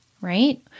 right